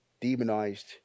demonized